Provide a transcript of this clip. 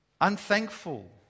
Unthankful